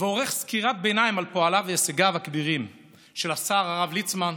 ועורך סקירת ביניים של פועליו והישגיו הכבירים של השר הרב ליצמן בכנסת,